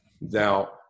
Now